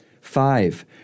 Five